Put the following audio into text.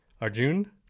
Arjun